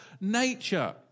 nature